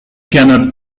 cannot